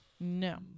No